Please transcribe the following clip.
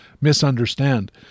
misunderstand